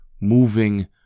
moving